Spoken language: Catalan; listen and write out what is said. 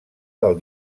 del